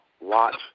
watch